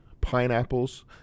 pineapples